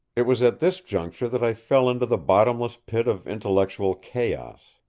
it was at this juncture that i fell into the bottomless pit of intellectual chaos.